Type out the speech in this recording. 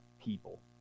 people